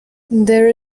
there